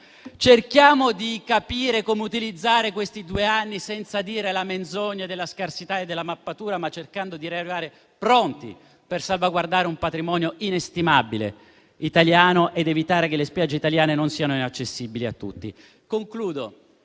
Cerchiamo di capire come utilizzare questi due anni senza ripetere la menzogna sulla scarsità e sulla mappatura, ma arrivando pronti per salvaguardare un patrimonio italiano inestimabile ed evitare che le spiagge italiane non siano inaccessibili a tutti. Concludo,